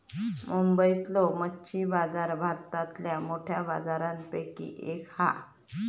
मुंबईतलो मच्छी बाजार भारतातल्या मोठ्या बाजारांपैकी एक हा